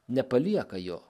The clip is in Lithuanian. nepalieka jo